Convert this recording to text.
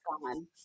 gone